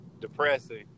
depressing